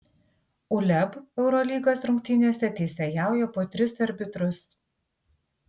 uleb eurolygos rungtynėse teisėjauja po tris arbitrus